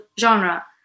genre